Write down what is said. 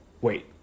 Wait